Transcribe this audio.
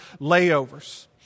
layovers